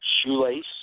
shoelace